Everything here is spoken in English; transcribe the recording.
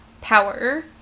power